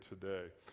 today